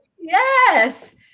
Yes